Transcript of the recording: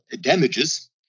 damages